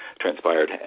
transpired